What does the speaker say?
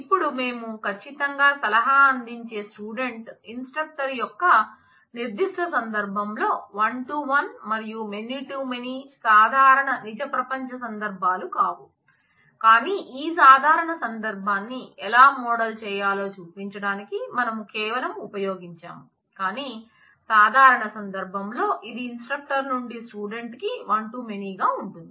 ఇప్పుడు మేము ఖచ్చితంగా సలహా అందించే స్టూడెంట్ ఇన్స్ట్రక్టర్ యొక్క నిర్దిష్ట సందర్భంలో వన్ టు వన్ మరియు మెనీ టు మెనీ సాధారణ నిజ ప్రపంచ సందర్భాలు కాదు కానీ ఈ సాధారణ సందర్భాన్ని ఎలా మోడల్ చేయాలో చూపించడానికి మనము కేవలం ఉపయోగించాము కానీ సాధారణ సందర్భంలో ఇది ఇన్స్ట్రక్టర్ నుండి స్టూడెంట్ కి వన్ టు మెనీ గా ఉంటుంది